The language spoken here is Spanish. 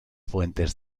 fuentes